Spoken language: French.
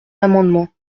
amendement